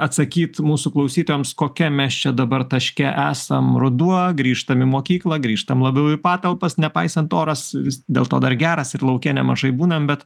atsakyt mūsų klausytojams kokiam mes čia dabar taške esam ruduo grįžtam į mokyklą grįžtam labiau į patalpas nepaisant oras vis dėl to dar geras ir lauke nemažai būname bet